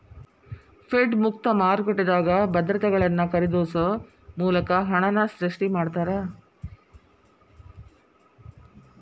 Fed ಮುಕ್ತ ಮಾರುಕಟ್ಟೆದಾಗ ಭದ್ರತೆಗಳನ್ನ ಖರೇದಿಸೊ ಮೂಲಕ ಹಣನ ಸೃಷ್ಟಿ ಮಾಡ್ತಾರಾ